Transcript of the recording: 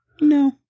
No